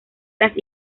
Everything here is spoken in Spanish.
las